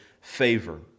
favor